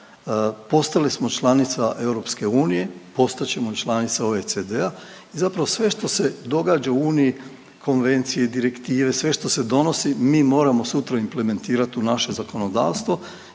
Postali smo članica EU, postat ćemo članica OECD-a i zapravo sve što se događa u Uniji, konvencije i direktive, sve što se donosi, mi moramo sutra implementirati u naše zakonodavstvo